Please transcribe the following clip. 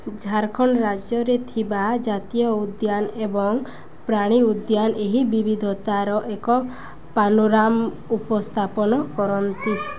ଝାଡ଼ଖଣ୍ଡ ରାଜ୍ୟରେ ଥିବା ଜାତୀୟ ଉଦ୍ୟାନ ଏବଂ ପ୍ରାଣୀ ଉଦ୍ୟାନ ଏହି ବିବିଧତାର ଏକ ପାନୋରାମା ଉପସ୍ଥାପନ କରନ୍ତି